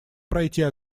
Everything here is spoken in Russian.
пройти